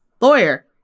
lawyer